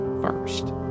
first